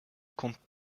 compte